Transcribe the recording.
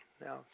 Now